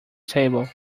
table